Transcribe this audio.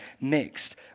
mixed